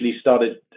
started